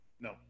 No